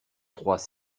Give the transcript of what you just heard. trois